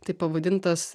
taip pavadintas